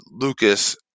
Lucas